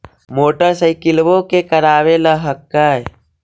मोटरसाइकिलवो के करावे ल हेकै?